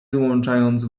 wyłączając